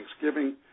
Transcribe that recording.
Thanksgiving